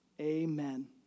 Amen